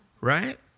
right